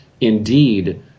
indeed